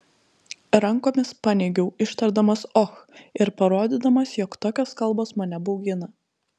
rankomis paneigiau ištardamas och ir parodydamas jog tokios kalbos mane baugina